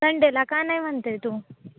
संडेला का नाही म्हणतं आहे तू